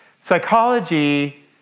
psychology